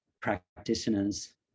practitioners